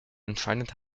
anscheinend